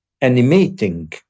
animating